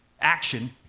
Action